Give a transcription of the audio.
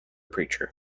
preacher